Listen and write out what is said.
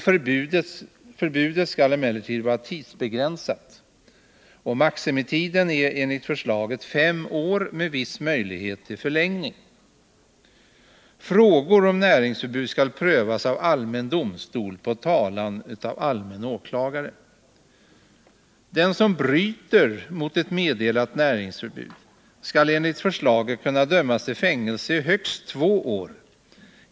Förbudet skall emellertid vara tidsbegränsat. Maximitiden är enligt förslaget fem år med viss möjlighet till förlängning. Frågor om näringsförbud skall prövas av allmän domstol på talan av allmän åklagare. Den som bryter mot ett meddelat näringsförbud skall enligt förslaget kunna dömas till fängelse i högst två år.